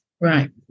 Right